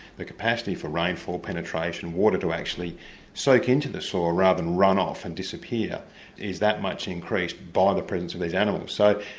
the capacity for rainfall penetration, water to actually soak into the soil rather than run off and disappear is that much increased by the presence of these animals. so,